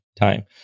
time